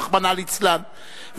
רחמנא ליצלן,